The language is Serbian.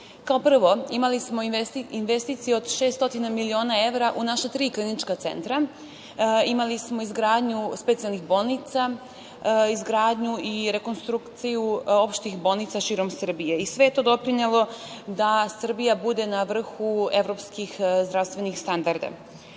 prvo, imali smo investicije od 600 miliona evra u naša tri klinička centra, imali smo izgradnju specijalnih bolnica, izgradnju i rekonstrukciju opštih bolnica širom Srbije. Sve je to doprinelo da Srbija bude na vrhu evropskih zdravstvenih standarda.